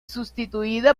sustituida